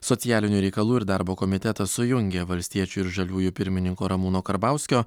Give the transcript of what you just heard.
socialinių reikalų ir darbo komitetas sujungė valstiečių ir žaliųjų pirmininko ramūno karbauskio